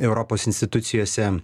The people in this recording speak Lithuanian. europos institucijose